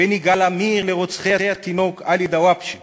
בין יגאל עמיר לרוצחי התינוק עלי דוואבשה